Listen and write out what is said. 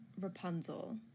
Rapunzel